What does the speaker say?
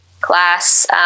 class